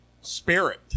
spirit